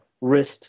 wrist